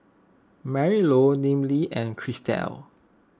Marylou Neely and Christel